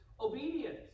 Obedience